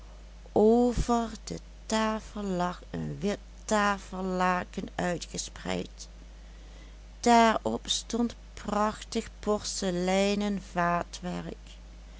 over de tafel lag een wit tafellaken uitgespreid daarop stond prachtig porseleinen